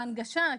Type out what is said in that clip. בהנגשה,